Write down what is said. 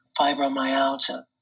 fibromyalgia